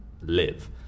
Live